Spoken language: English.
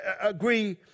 agree